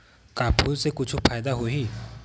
का फूल से कुछु फ़ायदा होही?